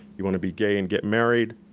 you wanna be gay and get married,